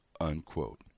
unquote